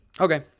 Okay